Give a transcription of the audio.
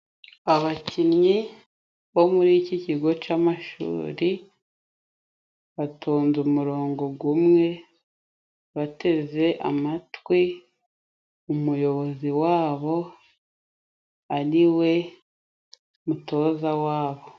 Abakinnyi bo mu iki kigo cy'amashuri batonze umurongo umwe, bateze amatwi umuyobozi wabo, ariwe mutoza wabo.